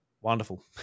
wonderful